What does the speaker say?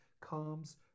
calms